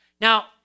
Now